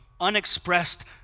unexpressed